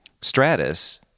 stratus